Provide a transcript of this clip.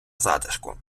затишку